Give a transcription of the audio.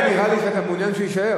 היה נראה לי שאתה מעוניין שהוא יישאר.